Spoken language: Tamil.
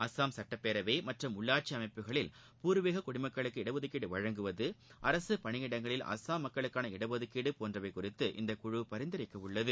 அஸ்ஸாம் சுட்டப்பேரவை மற்றம் உள்ளாட்சி அமைப்புகளில் பூர்வீக குடிமக்களுக்கு இடஒதுக்கீடு வழங்குவது அரசு பணியிடங்களில் அஸ்ஸாம் மக்களுக்கான இடஒதுக்கீடு போன்றவை குறித்து இந்த குழு பரிந்துரைக்கவுள்ளது